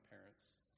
parents